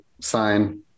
sign